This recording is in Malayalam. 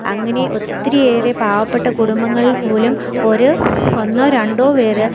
അങ്ങനെ ഒത്തിരിയേറെ പാവപെട്ട കുടുംബങ്ങൾ പോലും ഒരു ഒന്നോ രണ്ടോ പേർ